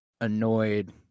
annoyed